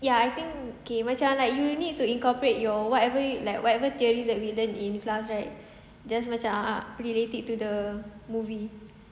ya I think okay macam like you need to incorporate your whatever theories that we learnt in class right just macam relate it to the movie